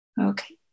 Okay